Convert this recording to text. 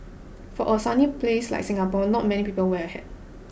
for a sunny place like Singapore not many people wear a hat